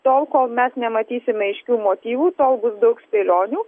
tol kol mes nematysime aiškių motyvų tol bus daug spėlionių